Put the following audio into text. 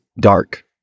dark